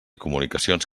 comunicacions